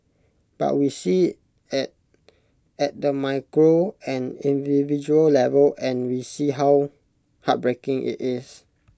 but we see IT at at the micro and individual level and we see how heartbreaking IT is